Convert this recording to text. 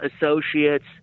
associates